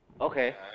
Okay